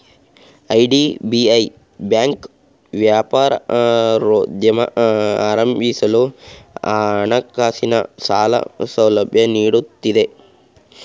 IDBI bank ವ್ಯಾಪಾರೋದ್ಯಮ ಪ್ರಾರಂಭಿಸಲು ಹಣಕಾಸಿನ ಸಾಲ ಸೌಲಭ್ಯ ನೀಡುತ್ತಿದೆ